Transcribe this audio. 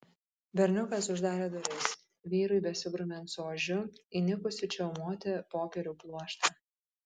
berniukas uždarė duris vyrui besigrumiant su ožiu įnikusiu čiaumoti popierių pluoštą